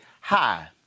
hi